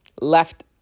left